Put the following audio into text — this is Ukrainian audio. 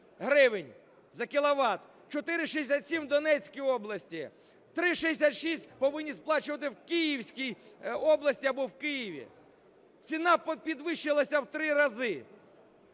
за кіловат, 4,67 - в Донецькій області, 3,66 повинні сплачувати в Київській області або в Києві. Ціна підвищилася в три рази.